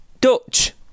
Dutch